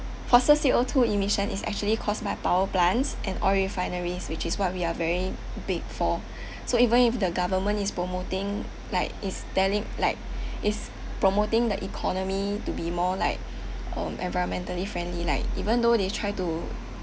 fossil C_O two emission is actually caused by power plants and oil refineries which is what we are very big for so even if the government is promoting like is telling like is promoting the economy to be more like um environmentally friendly like even though they try to